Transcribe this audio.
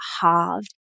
halved